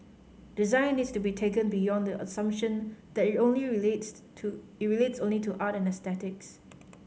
design needs to be taken beyond the assumption that it only relates to it relates only to art or aesthetics